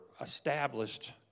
established